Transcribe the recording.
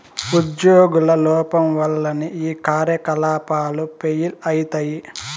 ఉజ్యోగుల లోపం వల్లనే ఈ కార్యకలాపాలు ఫెయిల్ అయితయి